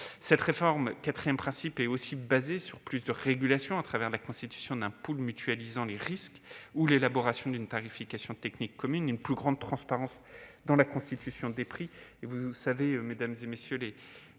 encore sur un quatrième principe, celui de la régulation, avec la constitution d'un pool mutualisant les risques, l'élaboration d'une tarification technique commune et une plus grande transparence dans la constitution des prix.